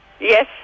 Yes